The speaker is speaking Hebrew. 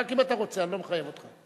רק אם אתה רוצה, אני לא מחייב אותך.